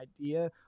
idea